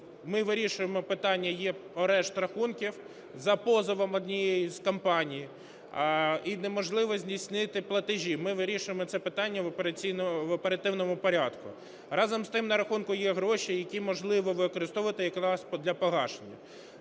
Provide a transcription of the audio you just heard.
ми вирішуємо питання, є арешт рахунків за позовом однієї із компаній і неможливо здійснити платежі. Ми вирішуємо це питання в оперативному порядку. Разом з тим, на рахунку є гроші, які можливо використовувати якраз для погашення.